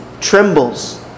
trembles